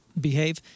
behave